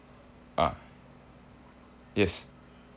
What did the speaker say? uh yes